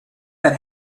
that